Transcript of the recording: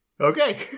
okay